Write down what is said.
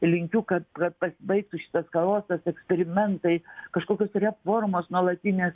linkiu kad kad pasibaigtų šitas chaosas eksperimentai kažkokios reformos nuolatinės